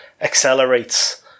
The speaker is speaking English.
accelerates